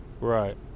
Right